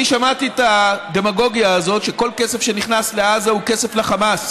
אני שמעתי את הדמגוגיה הזאת שכל כסף שנכנס לעזה הוא כסף לחמאס.